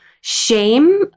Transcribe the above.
shame